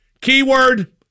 Keyword